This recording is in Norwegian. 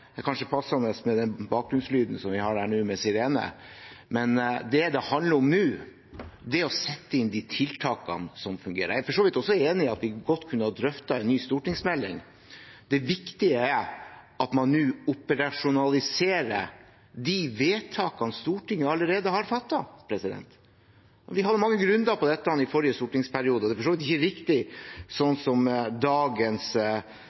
det handler om nå, er å sette inn de tiltakene som fungerer. Jeg er for så vidt også enig i at vi godt kunne ha drøftet en ny stortingsmelding. Det viktige er at man nå operasjonaliserer de vedtakene Stortinget allerede har fattet. Vi har mange grunnlag på dette fra forrige stortingsperiode. Det er for så vidt ikke riktig slik dagens